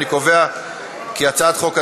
אני קובע כי הצעת חוק הדגל,